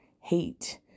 hate